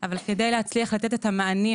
אבל כדי להצליח לתת את המענים,